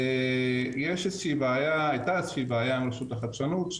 הייתה איזו שהיא בעיה עם הרשות לחדשנות,